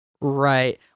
Right